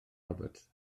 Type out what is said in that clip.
roberts